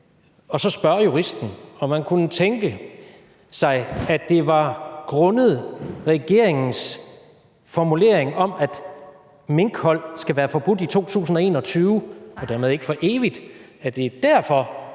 og spørge juristen, om man kunne tænke sig, at det var grundet regeringens formulering om, at minkhold skal være forbudt i 2021 – og dermed ikke for evigt – at man ikke